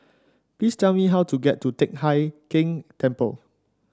please tell me how to get to Teck Hai Keng Temple